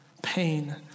pain